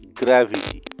gravity